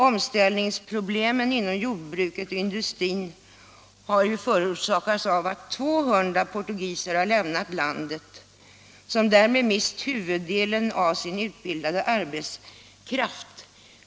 Omställningsproblemen inom jordbruket och industrin har förorsakats av att 200 000 portugiser har lämnat landet, som därmed mist huvuddelen av sin utbildade arbetskraft.